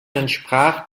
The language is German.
entsprach